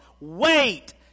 wait